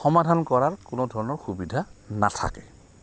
সমাধান কৰাৰ কোনো ধৰণৰ সুবিধা নাথাকে